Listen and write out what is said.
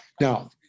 Now